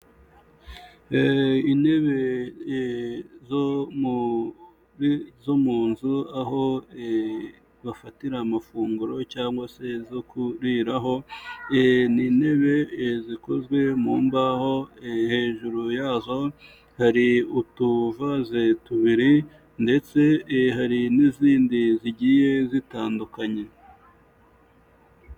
Intebe zo mu nzu, aho bafatira amafunguro, cyangwa se zo kuriraho, ni itebe zikozwe mu mbaho, hejuru yazo hari utuvaze tubiri, ndetse hari n'izindi zigiye zitandukanye.